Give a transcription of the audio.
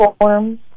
forms